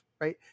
right